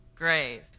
grave